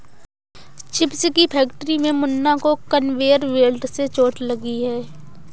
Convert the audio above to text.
chips की factory में मुन्ना को कन्वेयर बेल्ट से चोट लगी है